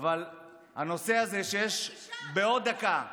אבל הנושא הזה שיש בעוד דקה אפס,